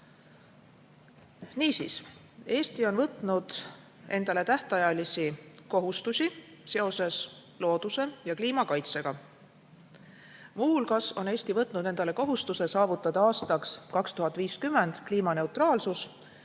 Niisiis, Eesti on võtnud endale tähtajalisi kohustusi seoses looduse ja kliima kaitsega. Muu hulgas on Eesti võtnud endale kohustuse saavutada aastaks 2050 kliimaneutraalsus,